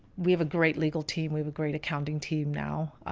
we have a great legal team. we have a great accounting team now,